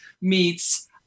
meets